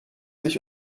sich